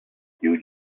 più